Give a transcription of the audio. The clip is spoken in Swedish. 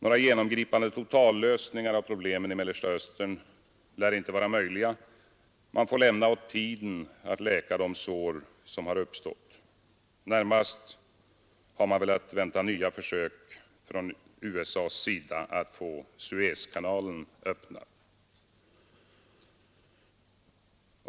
Några genomgripande ”totallösningar” av problemen i Mellersta Östern lär inte vara möjliga; man får lämna åt tiden att läka de sår som uppstått. Närmast har man väl att vänta nya försök från USA:s sida att få Suezkanalen öppnad.